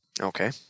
Okay